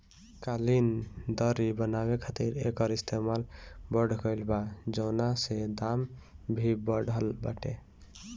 कालीन, दर्री बनावे खातिर एकर इस्तेमाल बढ़ गइल बा, जवना से दाम भी बढ़ल बाटे